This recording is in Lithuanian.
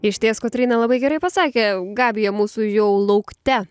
išties kotryna labai gerai pasakė gabija mūsų jau laukte